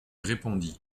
répondit